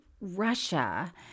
russia